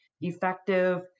effective